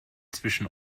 zwischen